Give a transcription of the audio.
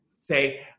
Say